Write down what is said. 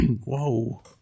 Whoa